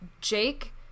Jake